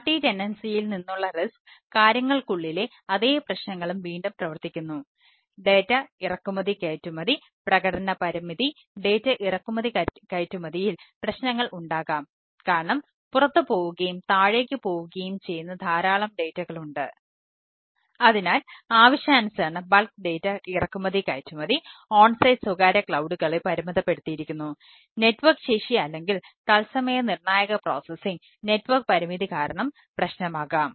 multi ടെനൻസിയിൽ പരിമിതി കാരണം പ്രശ്നമാകാം